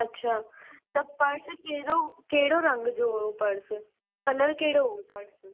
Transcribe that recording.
अछा त पर्स कहिड़ो कहिड़ो रंग जो हुयो पर्स कलर कहिड़ो हो पर्स